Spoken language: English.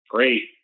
Great